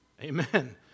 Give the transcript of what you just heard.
Amen